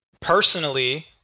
personally